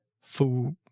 food